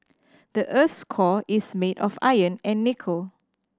the earth's core is made of iron and nickel